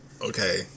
okay